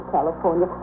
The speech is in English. California